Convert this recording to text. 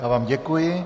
Já vám děkuji.